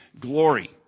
glory